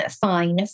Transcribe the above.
fine